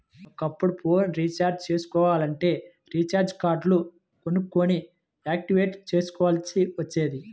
ఒకప్పుడు phone recharge చేసుకోవాలంటే recharge కార్డులు కొనుక్కొని యాక్టివేట్ చేసుకోవాల్సి వచ్చేది